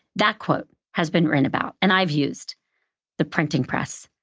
that quote has been written about. and i've used the printing press,